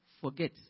forget